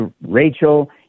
Rachel